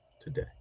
today